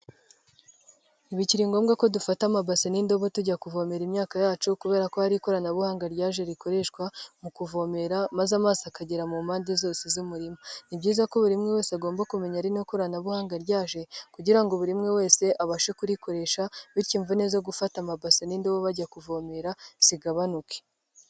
Nti bikiri ngombwa ko dufata amabasI n'indobo tujya kuvomeremera imyaka yacu kubera ko hari ikoranabuhanga ryaje rikoreshwa mu kuvomera maze amaZI akagera mu mpande zose z'umurima. Ni byiza ko buri muntu wese agomba kumenya Iri koranabuhanga ryaje kugira ngo buri umwe wese abashe kurikoresha bityo imvune zo gufata amabasa'indobo bajya kuvomera zigabanuke.